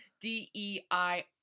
D-E-I